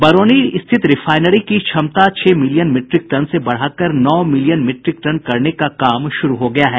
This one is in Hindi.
बरौनी स्थित रिफाइनरी की क्षमता छह मिलियन मीट्रिक टन से बढ़ाकर नौ मिलियन मीट्रिक टन करने का काम शुरू हो गया है